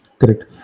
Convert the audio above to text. Correct